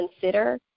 consider